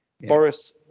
Boris